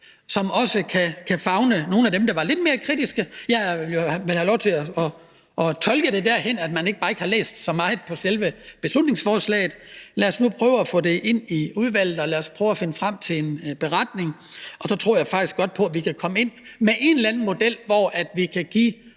som også kan favne nogle af dem, der var lidt mere kritiske. Jeg vil have lov til at tolke det derhen, at man bare ikke har læst så meget i selve beslutningsforslaget. Lad os nu i udvalget prøve at finde frem til en beretning. Og så tror jeg faktisk godt, vi kan komme frem til en eller anden model, hvor vi kan give